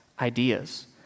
ideas